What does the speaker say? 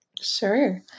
Sure